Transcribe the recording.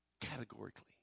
categorically